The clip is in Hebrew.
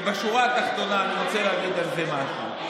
בשורה התחתונה אני רוצה להגיד על זה משהו.